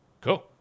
Cool